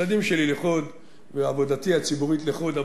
הילדים שלי לחוד ועבודתי הציבורית לחוד.